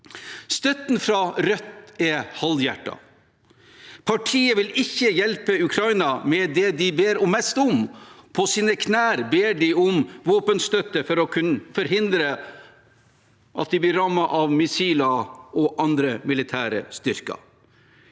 Støtten fra Rødt er halvhjertet. Partiet vil ikke hjelpe Ukraina med det de ber mest om – på sine knær ber de om våpenstøtte for å kunne forhindre at de blir rammet av missiler og andre militære styrker.